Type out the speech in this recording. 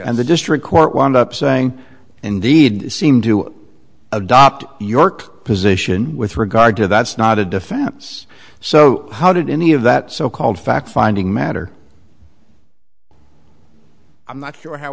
and the district court wound up saying indeed they seemed to adopt york position with regard to that's not a defense so how did any of that so called fact finding matter i'm not sure how